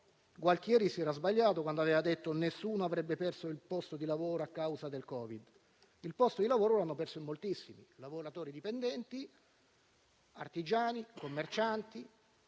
Gualtieri si era sbagliato quando aveva detto che nessuno avrebbe perso il posto di lavoro a causa del Covid-19; il posto di lavoro l'hanno perso in moltissimi: lavoratori dipendenti, artigiani, commercianti,